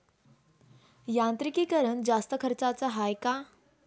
यांत्रिकीकरण जास्त खर्चाचं हाये का?